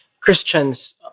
Christians